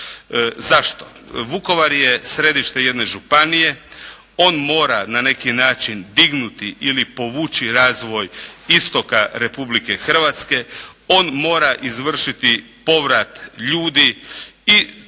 Zašto? Vukovar je središte jedne županije, on mora na neki način dignuti ili povući razvoj istoka Republike Hrvatske, on mora izvršiti povrat ljudi i